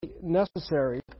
necessary